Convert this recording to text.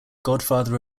godfather